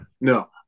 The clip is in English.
No